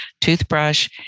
toothbrush